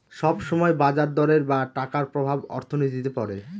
সব সময় বাজার দরের বা টাকার প্রভাব অর্থনীতিতে পড়ে